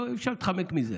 לא, אי-אפשר להתחמק מזה.